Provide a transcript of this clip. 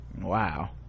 Wow